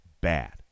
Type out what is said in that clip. bad